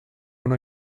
una